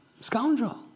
scoundrel